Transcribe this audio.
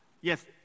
Yes